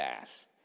ass